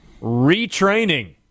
retraining